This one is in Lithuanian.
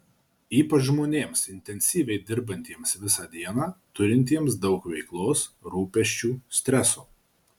ypač žmonėms intensyviai dirbantiems visą dieną turintiems daug veiklos rūpesčių streso